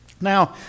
Now